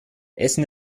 essen